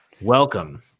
welcome